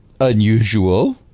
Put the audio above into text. unusual